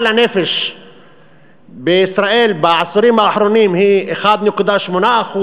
לנפש בישראל בעשורים האחרונים היא 1.8%,